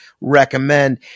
recommend